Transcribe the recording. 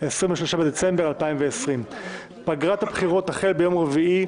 23 בדצמבר 2020. פגרת הבחירות תחל ביום רביעי,